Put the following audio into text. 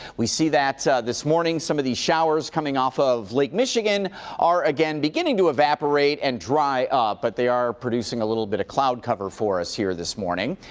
we see that this morning. some of the showers coming off of lake michigan are beginning to evaporate and dry up. but they are producing a little bit of cloud cover for us here this morning.